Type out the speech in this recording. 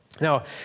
Now